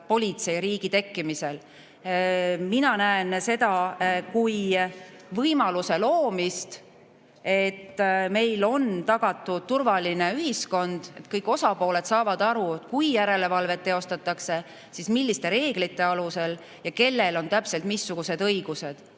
politseiriigi tekkimisega. Mina näen seda kui võimaluse loomist, et meil on tagatud turvaline ühiskond – kõik osapooled saavad aru, et kui järelevalvet teostatakse, siis milliste reeglite alusel ja kellel on täpselt missugused õigused.